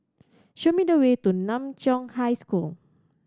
show me the way to Nan Chiau High School